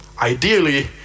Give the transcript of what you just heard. Ideally